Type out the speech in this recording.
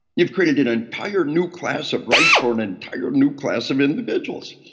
you've created an entire new class of rights for an entire new class of individuals.